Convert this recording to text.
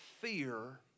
fear